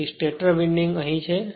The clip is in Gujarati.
તેથી સ્ટેટર વિન્ડિંગ અહીં છે